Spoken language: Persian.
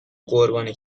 قربانی